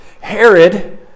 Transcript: Herod